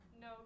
No